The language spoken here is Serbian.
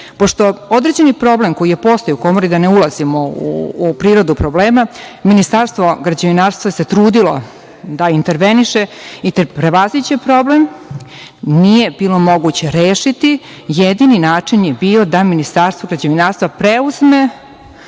određeni problem koji je postojao u komori, da ne ulazimo u prirodu problema, Ministarstvo građevinarstva se trudilo da interveniše i da prevaziđe problem, nije bilo moguće rešiti. Jedini način je bio da Ministarstvo građevinarstva preuzme